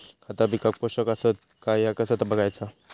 खता पिकाक पोषक आसत काय ह्या कसा बगायचा?